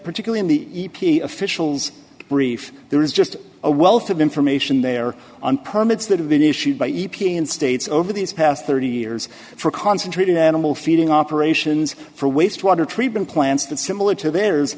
particularly the e p a officials brief there is just a wealth of information there on permits that have been issued by e p a in states over these past thirty years for concentrated animal feeding operations for wastewater treatment plants that's similar to theirs